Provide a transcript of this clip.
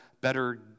better